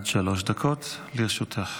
עד שלוש דקות לרשותך.